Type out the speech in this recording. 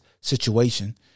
situation